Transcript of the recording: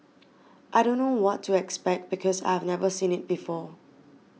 I don't know what to expect because I've never seen it before